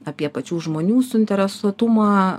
apie pačių žmonių suinteresuotumą